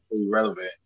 Relevant